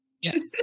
Yes